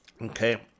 Okay